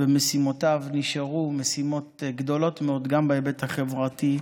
ומשימותיו נשארו משימות גדולות מאוד גם בהיבט החברתי,